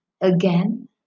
Again